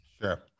Sure